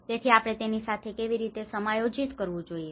તેથી આપણે તેની સાથે કેવી રીતે સમાયોજિત કરવું જોઈએ